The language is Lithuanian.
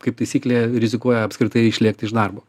kaip taisyklė rizikuoja apskritai išlėkti iš darbo